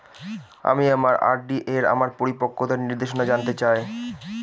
আমি আমার আর.ডি এর আমার পরিপক্কতার নির্দেশনা জানতে চাই